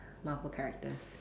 Marvel characters